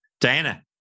Diana